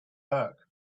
burke